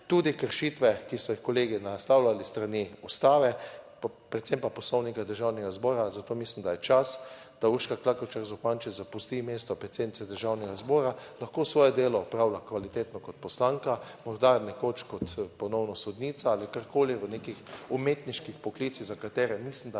Tudi kršitve, ki so jih kolegi naslavljali s strani Ustave predvsem pa Poslovnika Državnega zbora, zato mislim, da je čas, da Urška Klakočar Zupančič zapusti mesto predsednice Državnega zbora. Lahko svoje delo opravlja kvalitetno kot poslanka, morda nekoč kot ponovno sodnica ali karkoli v nekih umetniških poklicih za katere mislim, da